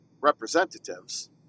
representatives